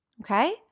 okay